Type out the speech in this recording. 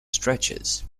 stretches